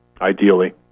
ideally